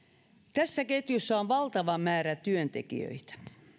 tässä ketjussa on valtava määrä työntekijöitä